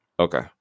Okay